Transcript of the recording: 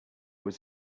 was